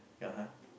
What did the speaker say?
ya !huh!